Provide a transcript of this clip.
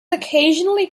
occasionally